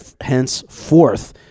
henceforth